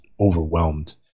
overwhelmed